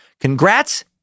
Congrats